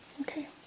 Okay